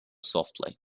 softly